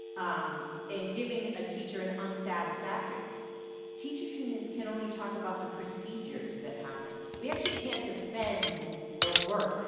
um and giving a teacher an unsatisfactory teachers unions can only talk about the procedures that happened. we actually can't defend the work